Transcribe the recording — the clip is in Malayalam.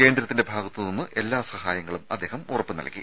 കേന്ദ്രത്തിന്റെ ഭാഗത്ത് നിന്ന് എല്ലാസഹായങ്ങളും അദ്ദേഹം ഉറപ്പു നൽകി